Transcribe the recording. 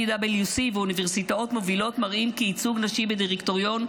PWC ואוניברסיטאות מובילות מראים כי ייצוג נשי בדירקטוריון,